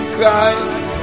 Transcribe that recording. Christ